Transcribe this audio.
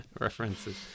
references